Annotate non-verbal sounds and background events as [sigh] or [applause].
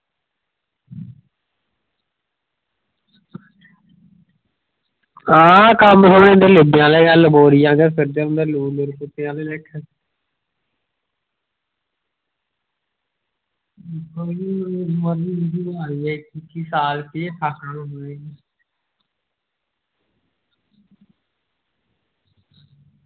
हां कम्म [unintelligible] फिरदे रौंह्दे लूर लूर फिरदे रौंह्दे कुत्ते आह्ला लेखा